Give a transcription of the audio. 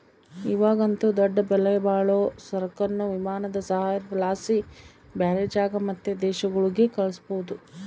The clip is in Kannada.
ಇವಾಗಂತೂ ದೊಡ್ಡ ಬೆಲೆಬಾಳೋ ಸರಕುನ್ನ ವಿಮಾನದ ಸಹಾಯುದ್ಲಾಸಿ ಬ್ಯಾರೆ ಜಾಗ ಮತ್ತೆ ದೇಶಗುಳ್ಗೆ ಕಳಿಸ್ಬೋದು